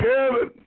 Kevin